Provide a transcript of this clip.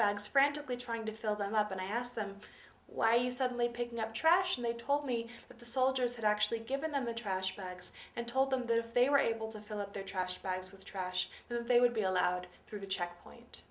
bags frantically trying to fill them up and i asked them why you suddenly picking up trash and they told me that the soldiers had actually given them the trash bags and told them that if they were able to fill up their trash bags with trash they would be allowed through the checkpoint